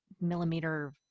millimeter